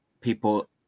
people